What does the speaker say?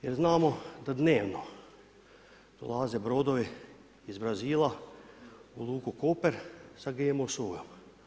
Jer znamo da dnevno dolaze brodovi iz Brazila u luku Koper sa GMO sojom.